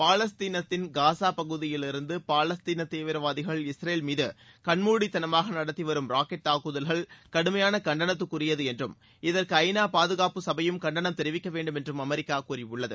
பாலஸ்தீனத்தின் Gaza பகுதியிலிருந்து பாலஸ்தீன தீவிரவாதிகள் இஸ்ரேல் மீது கண்மூடித்தனமாக நடத்திவரும் ராக்செட் தாக்குதல்கள் கடுமையாள கண்டனத்திற்கு உரியது என்றும் இதற்கு ஐ நூ பாதுகாப்பு சபையும் கண்டனம் தெரிவிக்க வேண்டுமென்றும் அமெரிக்கா கூறியுள்ளது